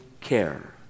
care